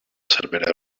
cervera